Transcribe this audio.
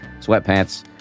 sweatpants